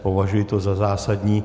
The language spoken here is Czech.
Považuji to za zásadní.